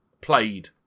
played